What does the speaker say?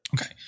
Okay